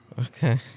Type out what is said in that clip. Okay